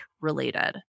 related